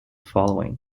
following